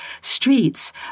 streets